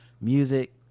music